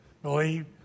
Believe